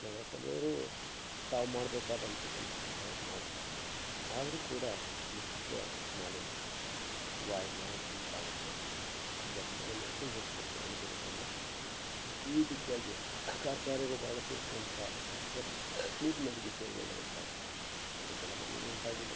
ನಗರ ಸಭೆಯವರು ತಾವು ಮಾಡಬೇಕಾದಂಥ ಕೆಲಸವನ್ನು ಅವ್ರು ಮಾಡ್ತಾರೆ ಆದರೂ ಕೂಡ ನಿತ್ಯ ಮಾಲಿನ್ಯ ವಾಯುಮಾಲಿನ್ಯ ಉಂಟಾಗುತ್ತೆ ಜಲಮಾಲಿನ್ಯ ಅಂತ ಈಗ ಹೇಳ್ಕೋತಿ ಹೇಳಿದ್ದೇನೆ ನಾನು ಈ ರೀತಿಯಾಗಿ ಕಾರ್ಖಾನೆಗಳು ಹೊರಗೆ ಸೂಸುವಂಥ ಆ ಕೆಟ್ಟ ನೀರು ನದಿಗೆ ಸೇರುವುದರಿಂದ ಅಲ್ಲಿ ಜಲಮಾಲಿನ್ಯ ಉಂಟಾಗಿದೆ